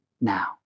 now